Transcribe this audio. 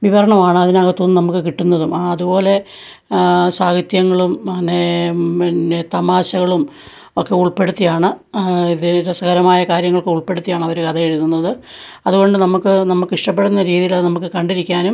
വിവരണമാണ് അതിനകത്തുനിന്നും നമുക്ക് കിട്ടുന്നതും അതുപോലെ ആ സാഹിത്യങ്ങളും പന്നേ പിന്നെ തമാശകളും ഒക്കെ ഉൾപ്പെടുത്തിയാണ് ഇതിൽ രസകരമായ കാര്യങ്ങളൊക്കെ ഉൾപ്പെടുത്തിയാണ് അവര് കഥ എഴുതുന്നത് അതുകൊണ്ട് നമുക്ക് നമുക്കിഷ്ടപ്പെടുന്ന രീതിയിലത് നമുക്ക് കണ്ടിരിക്കാനും